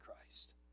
Christ